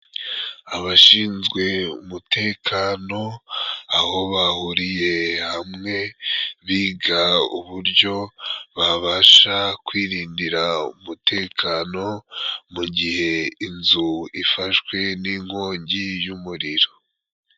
Abashinzwe umutekano aho bahuriye hamwe biga uburyo babasha kwirindira umutekano mu gihe inzu ifashwe n'inkongi y'umuriro.